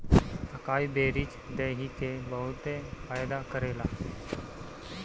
अकाई berries देहि के बहुते फायदा करेला